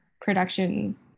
production